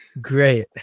great